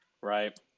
Right